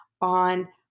on